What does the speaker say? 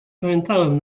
pamiętałem